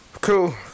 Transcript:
cool